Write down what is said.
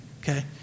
okay